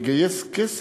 פשוטו כמשמעו.